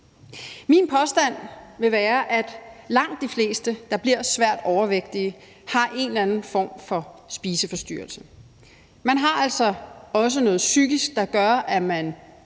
Min påstand vil være, at langt de fleste, der bliver svært overvægtige, har en eller anden form for spiseforstyrrelse. Man har altså også noget psykisk, der gør, at man